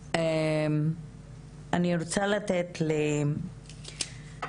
לד"ר מיכל דולב כהן,